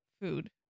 food